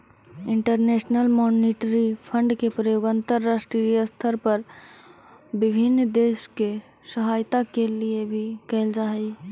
international monetary fund के प्रयोग अंतरराष्ट्रीय स्तर पर विभिन्न देश के सहायता के लिए भी कैल जा हई